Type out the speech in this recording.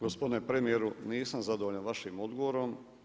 Gospodine premjeru, nisam zadovoljan vašim odgovorom.